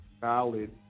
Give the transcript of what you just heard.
Valid